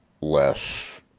less